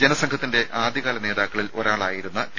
ജനസംഘത്തിന്റെ ആദ്യകാല നേതാക്കളിൽ ഒരാളായിരുന്ന ടി